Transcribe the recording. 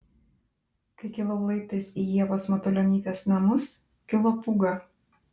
kai kilau laiptais į ievos matulionytės namus kilo pūga